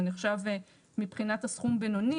זה נחשב מבחינת הסכום בינוני.